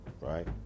right